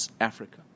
Africa